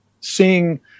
seeing